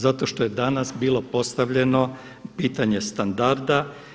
Zato što je danas bilo postavljeno pitanje standarda.